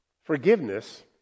forgiveness